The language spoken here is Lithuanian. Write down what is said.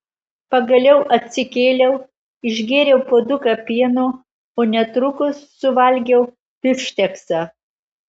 pagaliau atsikėliau išgėriau puoduką pieno o netrukus suvalgiau bifšteksą